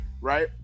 right